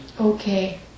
Okay